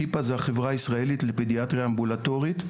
חיפ"א זה החברה הישראלית לפדיאטריה אמבולטורית,